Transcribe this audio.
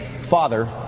Father